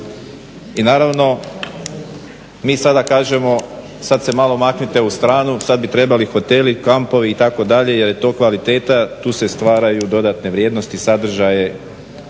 i naravno mi sada kažemo sad se malo maknite u stranu, sad bi trebali hoteli, kampovi itd. jer je to kvaliteta, tu se stvaraju dodatne vrijednosti, sadržaje.